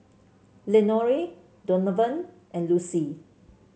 Lenore Donavan and Lucy